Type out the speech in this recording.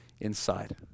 inside